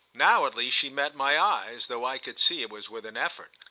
now at last she met my eyes, though i could see it was with an effort.